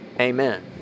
Amen